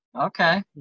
okay